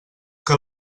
que